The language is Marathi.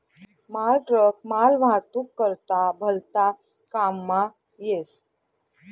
मालट्रक मालवाहतूक करता भलता काममा येस